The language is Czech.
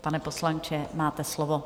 Pane poslanče, máte slovo.